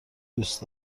دوست